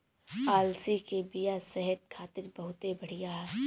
अलसी के बिया सेहत खातिर बहुते बढ़िया ह